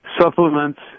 supplements